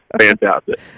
Fantastic